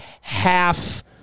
half